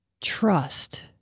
trust